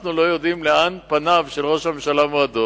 אנחנו לא יודעים לאן פניו של ראש הממשלה מועדות.